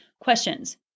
Questions